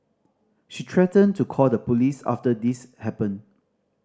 she threatened to call the police after this happened